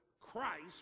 Christ